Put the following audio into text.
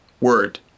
word